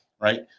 Right